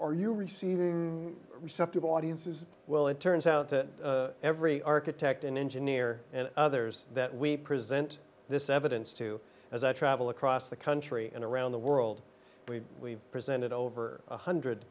are you receiving receptive audiences well it turns out that every architect an engineer and others that we present this evidence to as i travel across the country and around the world we presented over one hundred